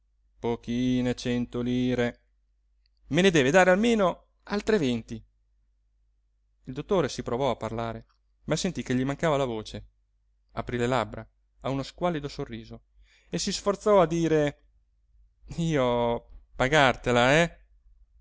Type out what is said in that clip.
pochine cento lire me ne deve dare almeno altre venti il dottore si provò a parlare ma sentí che gli mancava la voce aprí le labbra a uno squallido sorriso e si sforzò a dire io pagartela eh